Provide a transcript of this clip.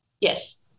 yes